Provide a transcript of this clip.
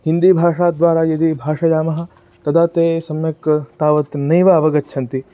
हिन्दीभाषाद्वारा यदि भाषयामः तदा ते सम्यक् तावत् नैव अवगच्छन्ति